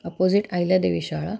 opposite Ahilyadevi शाळा